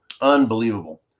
Unbelievable